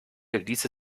ließe